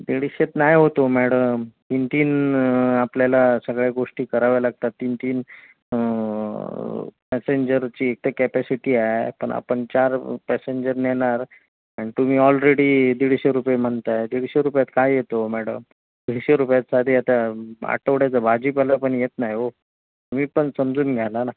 दीडशेत नाही होत हो मॅडम तीन तीन आपल्याला सगळ्या गोष्टी कराव्या लागतात तीन तीन पॅसेंजरची एक तर कॅपॅसिटी आहे पण आपण चार पॅसेंजर नेणार आणि तुम्ही ऑलरेडी दीडशे रुपये म्हणताय दीडशे रुपयात काय येतं हो मॅडम दीडशे रुपयात साधी आता आठवड्याचा भाजीपाला पण येत नाही हो तुम्ही पण समजून घ्या ना